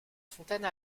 fontaine